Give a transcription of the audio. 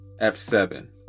F7